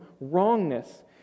wrongness